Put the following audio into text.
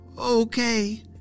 Okay